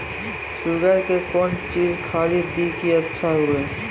Sugar के कौन चीज खाली दी कि अच्छा हुए?